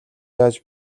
яаж